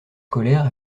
scolaires